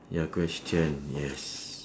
your question yes